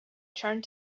turned